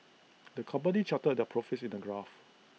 the company charted their profits in A graph